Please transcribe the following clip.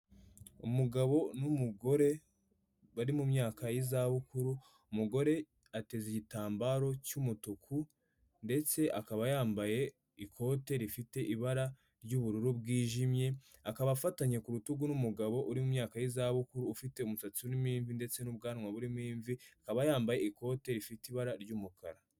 Umugabo n'umugore bari mu myaka y'izabukuru, umugore ateze igitambaro cy'umutuku, ndetse akaba yambaye ikote rifite ibara ry'ubururu bwijimye, akaba afatanye ku rutugu n'umugabo uri mu myaka y'izabukuru, ufite umusatsi urimo imvi ndetse n'ubwanwa burimo imvi, akaba yambaye ikote rifite ibara ry'umukara.